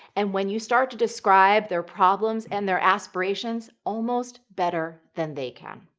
and when you start to describe their problems and their aspirations almost better than they can.